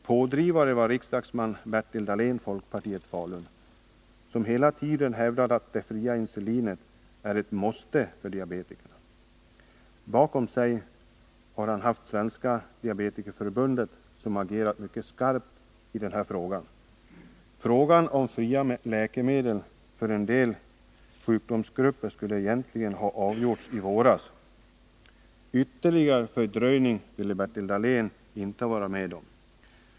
Pådrivare var riksdagsman Bertil Dahlén , Falun, som hela tiden hävdat att det fria insulinet är ett måste för diabetikerna. Bakom sig har han haft Svenska diabetikerförbundet som agerat mycket skarpt i den här frågan. Frågan om fria läkemedel för en del sjukdomsgrupper skulle egentligen ha avgjorts i våras. Ytterligare fördröjning ville Bertil Dahlén inte vara med om.